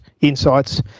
insights